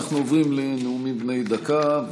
אנחנו עוברים לנאומים בני דקה,